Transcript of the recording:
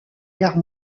guerre